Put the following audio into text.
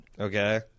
Okay